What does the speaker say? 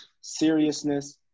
seriousness